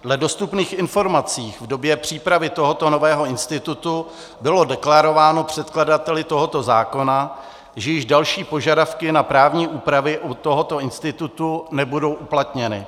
Dle dostupných informací v době přípravy tohoto nového institutu bylo deklarováno předkladateli tohoto zákona, že již další požadavky na právní úpravy u tohoto institutu nebudou uplatněny.